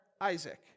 Isaac